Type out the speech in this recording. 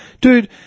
Dude